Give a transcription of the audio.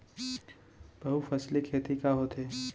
बहुफसली खेती का होथे?